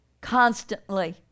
constantly